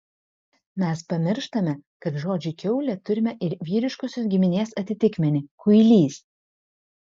mes pamirštame kad žodžiui kiaulė turime ir vyriškosios giminės atitikmenį kuilys